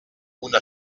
una